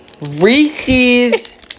Reese's